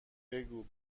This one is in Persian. بگو